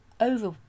over